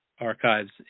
Archives